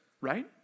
right